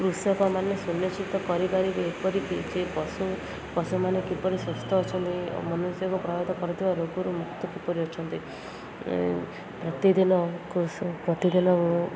କୃଷକ ମାନେ ସୁନିଶ୍ଚିତ କରିପାରିବେ ଏପରିିକି ଯେ ପଶୁ ପଶୁମାନେ କିପରି ସୁସ୍ଥ ଅଛନ୍ତି ମନୁଷ୍ୟକୁ କରିଥିବା ରୋଗରୁ ମୁକ୍ତ କିପରି ଅଛନ୍ତି ପ୍ରତିଦିନ ପ୍ରତିଦିନ